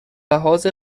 لحاظ